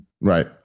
Right